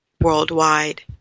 worldwide